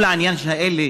כל העניין של אלה,